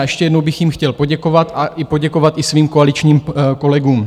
Ještě jednou bych jim chtěl poděkovat a poděkovat i svým koaličním kolegům.